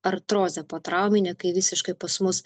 artrozė potrauminė kai visiškai pas mus